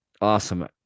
awesome